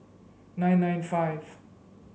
nine nine five